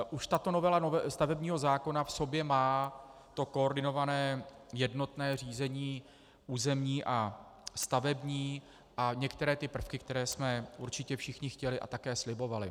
Už tato novela stavebního zákona v sobě má to koordinované jednotné řízení územní a stavební a některé ty prvky, které jsme určitě všichni chtěli a také slibovali.